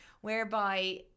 whereby